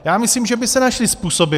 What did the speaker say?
Já myslím, že by se našly způsoby.